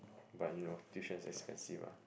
but you know tuition is expensive ah